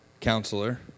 Counselor